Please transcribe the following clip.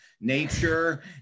nature